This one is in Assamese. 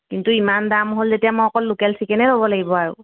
কিন্তু ইমান দাম হ'ল যেতিয়া মই অকল লোকেল চিকেনে ল'ব লাগিব আৰু